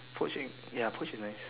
poaching ya poach is nice